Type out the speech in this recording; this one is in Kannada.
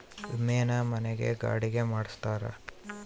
ವಿಮೆನ ಮನೆ ಗೆ ಗಾಡಿ ಗೆ ಮಾಡ್ಸ್ತಾರ